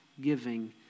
giving